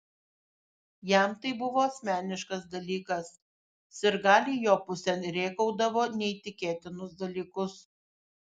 jam tai buvo asmeniškas dalykas sirgaliai jo pusėn rėkaudavo neįtikėtinus dalykus